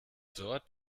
dort